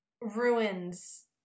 ruins